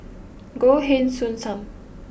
Goh Heng Soon Sam